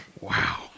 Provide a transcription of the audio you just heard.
Wow